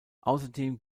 außerdem